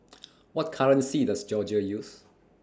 What currency Does Georgia use